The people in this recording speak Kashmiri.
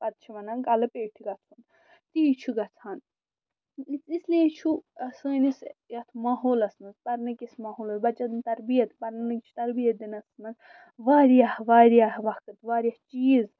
پتہٕ چھِ وَنان کَلہٕ پیٚٹھۍ گژھُن تی چھُ گژھان اسلیے چھُ سٲنِس یَتھ ماحولَس منٛز پرنٕکِس ماحولَس بَچن سٕنٛز تربیت پَرنٕچ تربیت دِنَس منٛز واریاہ واریاہ وقت واریاہ چیٖز